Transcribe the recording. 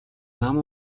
нам